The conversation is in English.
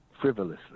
frivolously